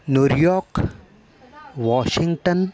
New York Washington